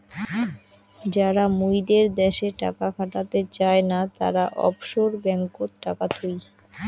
যারা মুইদের দ্যাশে টাকা খাটাতে চায় না, তারা অফশোর ব্যাঙ্ককোত টাকা থুই